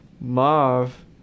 mauve